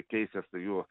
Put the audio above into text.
keisis tai jų